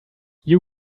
you